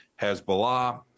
Hezbollah